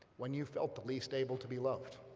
when you felt the least able to be loved.